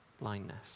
blindness